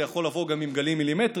זה יכול לבוא גם עם גלים מילמטריים.